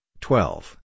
twelve